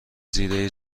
زیره